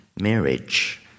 marriage